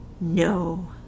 No